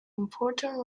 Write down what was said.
important